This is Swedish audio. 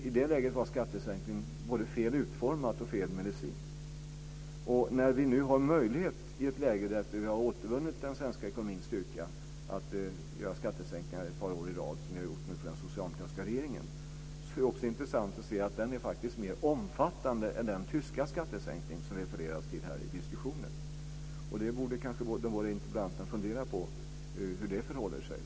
I det läget var skattesänkningarna både fel utformade och fel medicin. När vi nu har möjlighet, i ett läge där vi har återvunnit den svenska ekonomins styrka, att göra skattesänkningar ett par år i rad, som vi nu har gjort från den socialdemokratiska regeringen, är det också intressant att se att de är mer omfattande än den tyska skattesänkning som det refereras till här i diskussionen. De båda interpellanterna borde fundera på hur det förhåller sig.